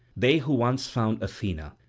they who once found athena,